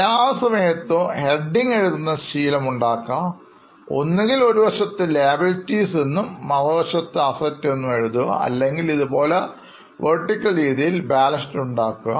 എല്ലായ്പ്പോഴും ഹെഡിങ് എഴുതുന്ന ശീലം ഉണ്ടാക്കാം ഒന്നുകിൽ ഒരു വശത്ത് Liabilities എന്നും മറുവശത്ത് Asset എന്നും എഴുതുക അല്ലെങ്കിൽ ഇതുപോലെ Vertical രീതിയിൽ ബാലൻ ഷീറ്റ് ഉണ്ടാക്കുക